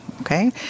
Okay